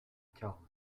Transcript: caron